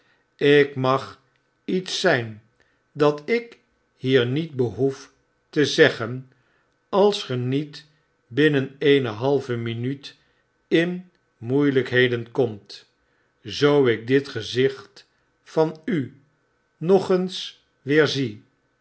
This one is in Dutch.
ik mag iets zyn dat ik hier niet behoef te zeggen als ge niet binnen eene halve minuut in moeilykheden komt zoo ik dit gezicht van u nog eens weer zie